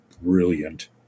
brilliant